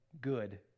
good